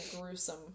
gruesome